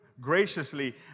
graciously